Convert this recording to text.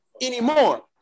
anymore